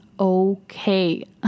okay